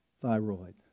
thyroid